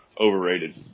overrated